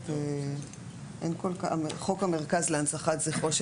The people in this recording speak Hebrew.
"חומר ארכיוני",